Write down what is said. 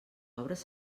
obres